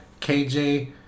KJ